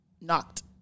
knocked